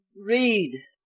read